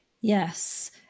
Yes